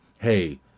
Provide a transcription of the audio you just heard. hey